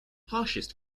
harshest